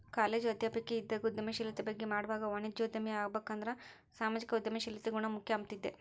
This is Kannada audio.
ಕಾಲೇಜು ಅಧ್ಯಾಪಕಿ ಇದ್ದಾಗ ಉದ್ಯಮಶೀಲತೆ ಬಗ್ಗೆ ಮಾಡ್ವಾಗ ವಾಣಿಜ್ಯೋದ್ಯಮಿ ಆಬಕಂದ್ರ ಸಾಮಾಜಿಕ ಉದ್ಯಮಶೀಲತೆ ಗುಣ ಮುಖ್ಯ ಅಂಬ್ತಿದ್ದೆ